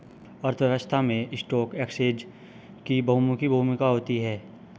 अर्थव्यवस्था में stock exchange की बहुमुखी भूमिका होती है